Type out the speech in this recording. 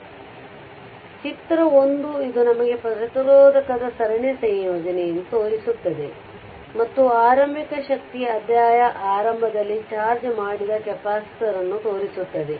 ಇದರರ್ಥ ಚಿತ್ರ 1 ಇದು ನಮಗೆ ಪ್ರತಿರೋಧಕದ ಸರಣಿ ಸಂಯೋಜನೆ ಎಂದು ತೋರಿಸುತ್ತದೆ ಮತ್ತು ಆರಂಭಿಕ ಶಕ್ತಿ ಅಧ್ಯಾಯ ಆರಂಭದಲ್ಲಿ ಚಾರ್ಜ್ ಮಾಡಿದ ಕೆಪಾಸಿಟರ್ ಅನ್ನು ತೋರಿಸುತ್ತದೆ